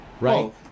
right